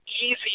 easy